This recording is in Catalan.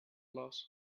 flors